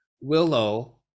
Willow